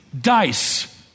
Dice